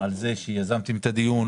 על כך שיזמתם את הדיון.